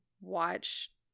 watch